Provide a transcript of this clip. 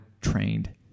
trained